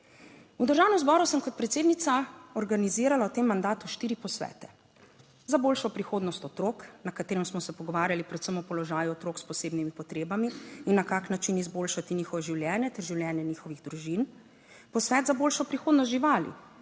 V državnem zboru sem, kot predsednica, organizirala v tem mandatu štiri posvete: za boljšo prihodnost otrok, na katerem smo se pogovarjali predvsem o položaju otrok s posebnimi potrebami in na kak način izboljšati njihovo življenje ter življenje njihovih družin; posvet za boljšo prihodnost živali,